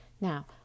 Now